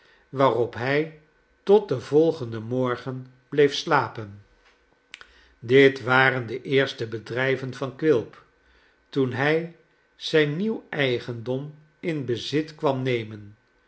waarop hij tot den volgenden morgen bleef slapen dit war en de eerste bedrijven van quilp toen hij zijn nieuw eigendom in bezit kwam nemen